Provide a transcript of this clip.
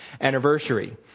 anniversary